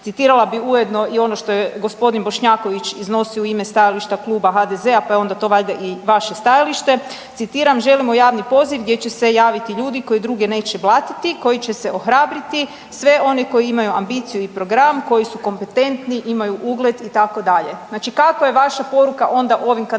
Citirala bi ujedno i ono što je g. Bošnjaković iznosio u ime stajališta Kluba HDZ-a, pa je onda to valjda i vaše stajalište. Citiram, želimo javni poziv gdje će se javiti ljudi koji druge neće blatiti, koji će se ohrabriti, sve one koji imaju ambiciju i program, koji su kompetentni, imaju ugled itd.. Znači, kakva je vaša poruka onda ovim kandidatima